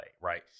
right